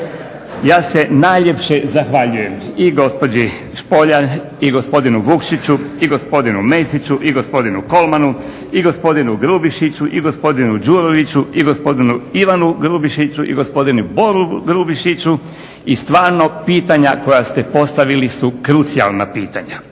Ja se najljepše zahvaljujem i gospođi Špoljar i gospodinu Vukšiću i gospodinu Mesiću i gospodinu Kolmanu i gospodinu Grubišiću i gospodinu Đuroviću i gospodinu Ivanu Grubišiću i gospodinu Bori Grubišiću i stvarno pitanja koja ste postavili su krucijalna pitanja.